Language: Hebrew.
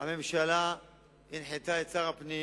הממשלה הנחתה את שר הפנים